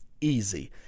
easy